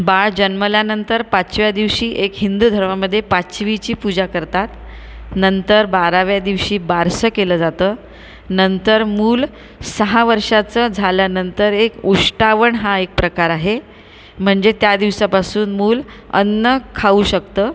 बाळ जन्मल्यानंतर पाचव्या दिवशी एक हिंदू धर्मामध्ये पाचवीची पूजा करतात नंतर बाराव्या दिवशी बारसं केलं जातं नंतर मूल सहा वर्षाचं झाल्यानंतर एक उष्टावण हा एक प्रकार आहे म्हणजे त्या दिवसापासून मूल अन्न खाऊ शकतं